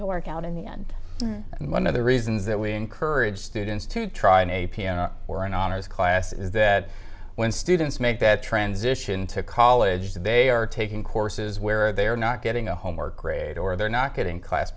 to work out in the end and one of the reasons that we encourage students to try in a piano or an honors class is that when students make that transition to college they are taking courses where they are not getting the homework grade or they're not getting class